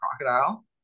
crocodile